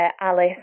Alice